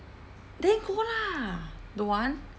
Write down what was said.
then go lah don't want